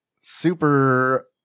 Super